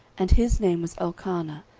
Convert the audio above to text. and his name was elkanah,